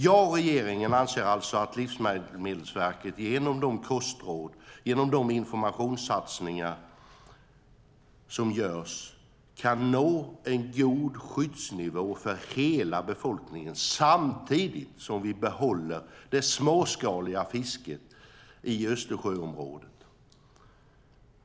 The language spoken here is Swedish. Jag och regeringen anser alltså att Livsmedelsverket genom de kostråd och informationssatsningar som görs kan nå en god skyddsnivå för hela befolkningen samtidigt som vi behåller det småskaliga fisket i Östersjöområdet.